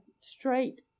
straight